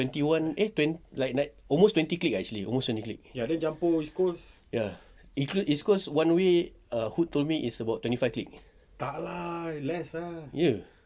twenty one eh twen~ like like almost twenty clicks ah actually almost twenty clicks ya include east coast one way err hud told me is about twenty five clicks ye